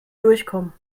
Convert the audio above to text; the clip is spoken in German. durchkommen